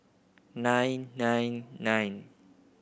nine nine nine